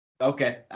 Okay